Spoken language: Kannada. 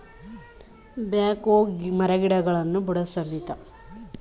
ಬ್ಯಾಕ್ ಹೋ ಮರಗಿಡಗಳನ್ನು ಬುಡಸಮೇತ ಕಿತ್ತೊಗೆಯುವ ಯಂತ್ರವಾಗಿದೆ